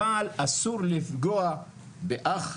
אבל אסור לפגוע באח,